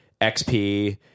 XP